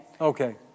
Okay